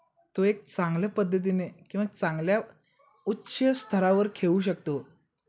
तो एक चांगल्या पद्धतीने किंवा चांगल्या उच्च स्तरावर खेळू शकतो